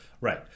Right